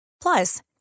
Plus